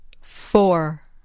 Four